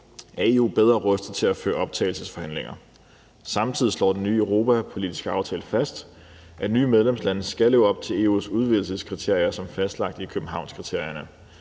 er EU bedre rustet til at føre optagelsesforhandlinger. Samtidig slår den nye europapolitiske aftale fast, at nye medlemslande skal leve op til EU's udvælgelseskriterier som fastlagt i Københavnskriterierne.